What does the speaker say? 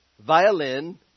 violin